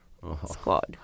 squad